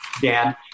Dan